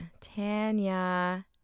Tanya